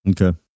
Okay